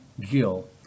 Gill